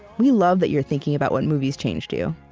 we love that you're thinking about what movies changed you.